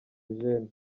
eugene